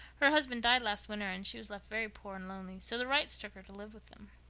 her husband died last winter and she was left very poor and lonely, so the wrights took her to live with them.